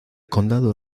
condado